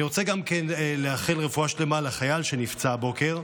אני רוצה גם כן לאחל רפואה שלמה לחייל שנפצע הבוקר,